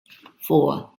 four